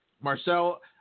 Marcel